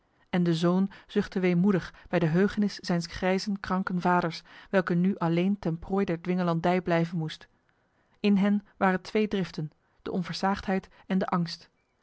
en de zoon zuchtte weemoedig bij de heugenis zijns grijzen kranken vaders welke nu alleen ten prooi der dwingelandij blijven moest in hen waren twee driften de onversaagdheid en de angst